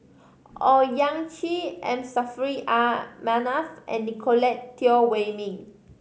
Owyang Chi M Saffri A Manaf and Nicolette Teo Wei Min